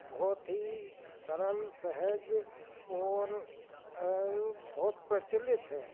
बहुत ही सरल सहज और बहुत प्रचलित है